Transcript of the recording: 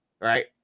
Right